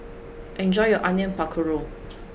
enjoy your Onion Pakora